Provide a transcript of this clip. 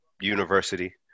university